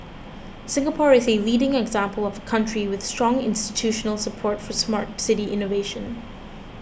Singapore is a leading example of a country with strong institutional support for Smart City innovation